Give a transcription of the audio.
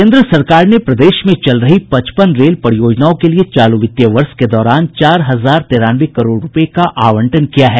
केंद्र सरकार ने प्रदेश में चल रही रेल पचपन परियोजनाओं के लिये चालू वित्तीय वर्ष के दौरान चार हजार तेरानवे करोड़ रूपये का आवंटन किया है